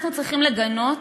אנחנו צריכים לגנות